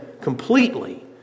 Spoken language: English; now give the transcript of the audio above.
completely